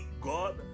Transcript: god